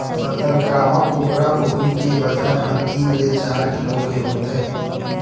संकरामक कुकरा कुकरी के बजन ह तीन ले चार किलो के होथे